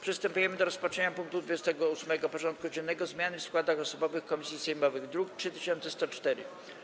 Przystępujemy do rozpatrzenia punktu 28. porządku dziennego: Zmiany w składach osobowych komisji sejmowych (druk nr 3104)